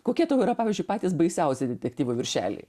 kokie yra pavyzdžiui patys baisiausi detektyvo viršeliai